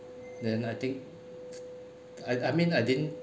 then I think I I mean I didn't